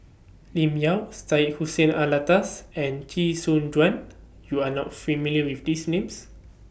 Lim Yau Syed Hussein Alatas and Chee Soon Juan YOU Are not familiar with These Names